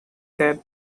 that